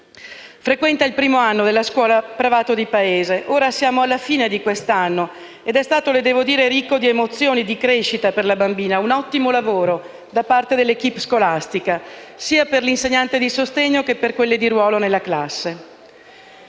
Frequenta il primo anno della scuola «Pravato» di Paese. Ora siamo alla fine di quest'anno ed è stato - le devo dire - ricco di emozioni e di crescita per la bambina. Un ottimo lavoro da parte dell'*équipe* scolastica, sia per l'insegnante di sostegno che per quelle di ruolo nella classe.